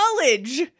knowledge